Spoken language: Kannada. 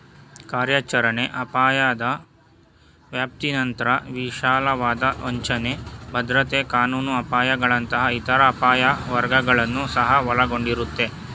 ಕಾರ್ಯಾಚರಣೆ ಅಪಾಯದ ವ್ಯಾಪ್ತಿನಂತ್ರ ವಿಶಾಲವಾದ ವಂಚನೆ, ಭದ್ರತೆ ಕಾನೂನು ಅಪಾಯಗಳಂತಹ ಇತರ ಅಪಾಯ ವರ್ಗಗಳನ್ನ ಸಹ ಒಳಗೊಂಡಿರುತ್ತೆ